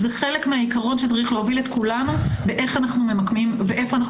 זה חלק מהעיקרון שצריך להוביל את כולנו באיך ואיפה אנחנו